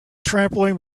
trampoline